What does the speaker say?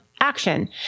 action